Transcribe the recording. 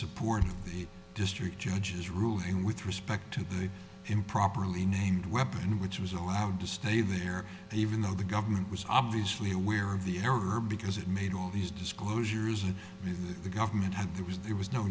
support of the district judge's ruling with respect to the improperly named weapon which was allowed to stay there even though the government was obviously aware of the error because it made all these disclosures and the government that was there was no